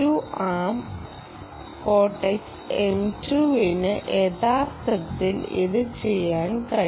ആം cortex M2വിന് യഥാർത്ഥത്തിൽ ഇത് ചെയ്യാൻ കഴിയും